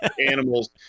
animals